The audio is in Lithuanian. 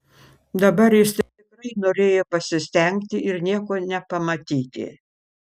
dabar jis tikrai norėjo pasistengti ir nieko nepamatyti